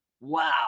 Wow